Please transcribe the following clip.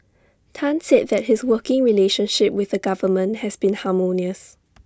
Tan said that his working relationship with the government has been harmonious